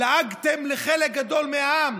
לעגתם לחלק גדול מהעם.